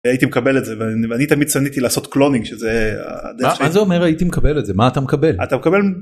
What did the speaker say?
הייתי מקבל את זה, ואני תמיד שנאתי לעשות קלונינג, שזה...- מה זה אומר הייתי מקבל את זה? מה אתה מקבל? אתה מקבל